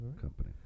Company